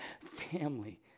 Family